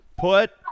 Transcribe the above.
Put –